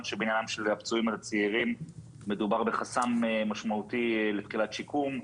שבעניין הפצועים הצעירים מדובר בחסם משמעותי לתחילת שיקום.